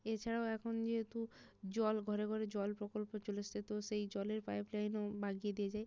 এছাড়াও এখন যেহেতু জল ঘরে ঘরে জল প্রকল্প চলে এসছে তো সেই জলের পাইপ লাইনও বাগিয়ে দিয়ে যায়